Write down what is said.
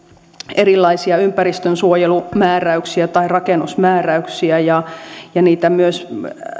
erilaisia ympäristönsuojelumääräyksiä tai rakennusmääräyksiä ja ja niitä myös